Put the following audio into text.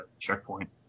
checkpoint